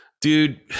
dude